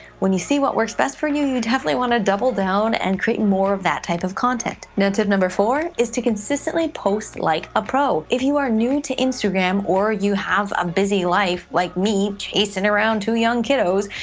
when you see what works best for and you, you definitely want to double down and create more of that type of content. now, tip number four is to consistently post like a pro. if you are new to instagram, or you have a busy life, like me, chasing around two young kiddos,